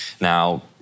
Now